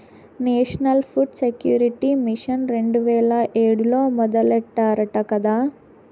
national food security mission రెండు వేల ఏడులో మొదలెట్టారట కదా